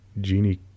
Genie